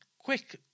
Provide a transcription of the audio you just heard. quick